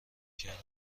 کردم